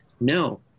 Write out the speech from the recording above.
No